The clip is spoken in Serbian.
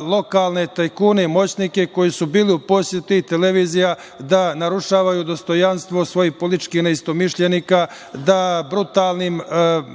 lokalne tajkune i moćnike koji su bili u poseti televizija, da narušavaju dostojanstvo svojih političkih neistomišljenika, da brutalnim medijskim